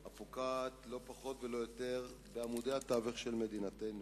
הפוגעת בעמודי התווך של מדינתנו,